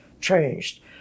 changed